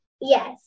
Yes